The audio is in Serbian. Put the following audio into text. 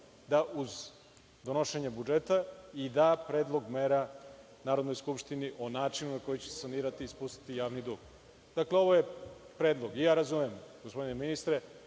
da uz donošenje budžeta da predlog mera Narodnoj skupštini o načinu na koji će sanirati i spustiti javni dug. Dakle, ovo je predlog i ja razumem, gospodine ministre,